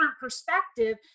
perspective